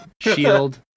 shield